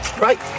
Right